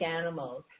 animals